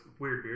Weirdbeard